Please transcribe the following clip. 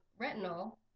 retinol